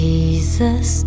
Jesus